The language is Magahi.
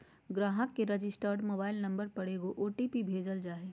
ग्राहक के रजिस्टर्ड मोबाइल नंबर पर एगो ओ.टी.पी भेजल जा हइ